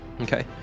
okay